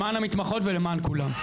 למען המתמחות ולמען כולן.